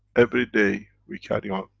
everyday we carry on.